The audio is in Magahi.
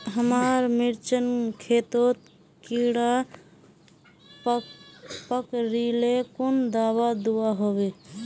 हमार मिर्चन खेतोत कीड़ा पकरिले कुन दाबा दुआहोबे?